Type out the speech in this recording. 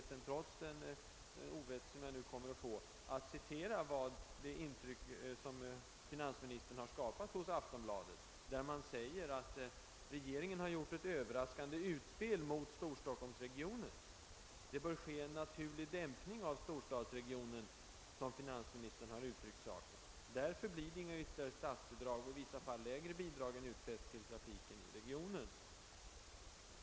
Men trots det ovett som jag nu kommer att få, tar jag mig friheten att citera vad Aftonbladet skriver: »Regeringen har gjort ett överraskande utspel mot Stockholmsregionen. Det bör ske en ”naturlig dämpning” av storstadsregionen som finansministern uttryckt saken. Därför blir det inga ytterligare statsbidrag och i vissa fall lägre bidrag än utfäst till trafiken i re gionen.